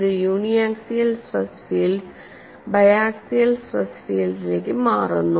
ഒരു uniaxial stress field biaxial stress ഫീൽഡിലേക്ക് മാറുന്നു